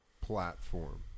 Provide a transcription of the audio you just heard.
platform